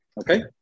Okay